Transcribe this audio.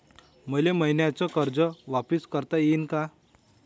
मले मईन्याचं कर्ज वापिस करता येईन का?